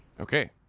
okay